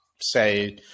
say